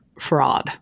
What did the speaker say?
fraud